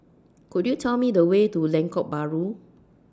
Could YOU Tell Me The Way to Lengkok Bahru